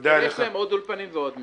יש להם עוד אולפנים ועוד מקומות.